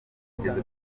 mugenzi